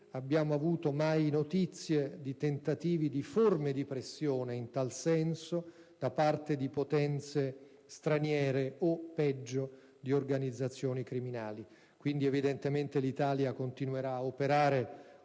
abbiamo avuto mai notizie di tentativi di forme di pressione in tal senso da parte di potenze straniere o, peggio, di organizzazioni criminali. Quindi, evidentemente l'Italia continuerà ad operare